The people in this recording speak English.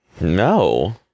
no